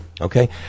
Okay